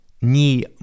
ni